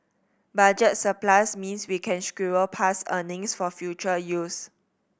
budget surplus means we can squirrel past earnings for future use